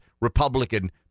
Republican